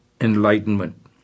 enlightenment